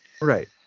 right